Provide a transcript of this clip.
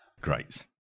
Great